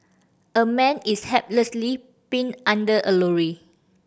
a man is helplessly pinned under a lorry